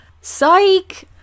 Psych